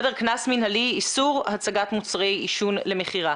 קנס מינהלי, איסור הצגת מוצרי עישון למכירה.